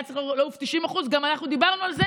היו צריכים לעוף 90%. גם אנחנו דיברנו על זה